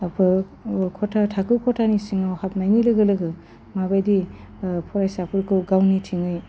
थाखो खथा थाखो खथानि सिङाव हाबनायनि लोगो लोगो माबायदि फरायसाफोरखौ गावनिथिङै